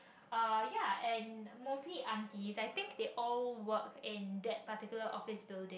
uh ya and mostly aunties I think they all work in that particular office building